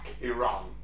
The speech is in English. Iran